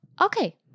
Okay